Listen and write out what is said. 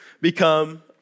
become